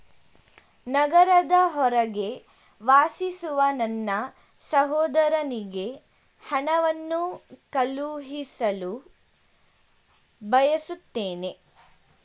ನಗರದ ಹೊರಗೆ ವಾಸಿಸುವ ನನ್ನ ಸಹೋದರನಿಗೆ ಹಣವನ್ನು ಕಳುಹಿಸಲು ಬಯಸುತ್ತೇನೆ